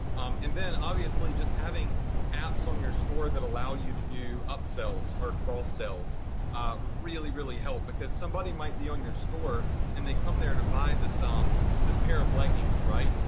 and then obviously, just having apps on your store that allow you to do upsells or cross sells really, really help, because somebody might be on your store and they come there to buy this um this pair of leggings, right?